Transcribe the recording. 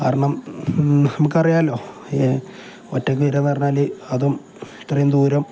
കാരണം നമുക്കറിയാമല്ലോ ങേ ഒറ്റയ്ക്ക് വരികയെന്ന് പറഞ്ഞാല് അതും ഇത്രയും ദൂരം